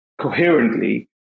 coherently